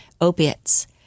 opiates